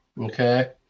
Okay